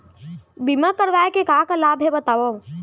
बीमा करवाय के का का लाभ हे बतावव?